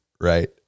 right